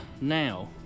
now